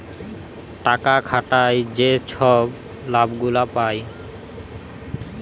টাকা খাটায় যে ছব লাভ গুলা পায়